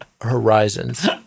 horizons